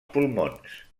pulmons